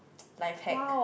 life hack